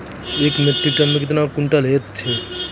एक metric tonne मे कतवा क्वींटल हैत छै?